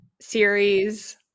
series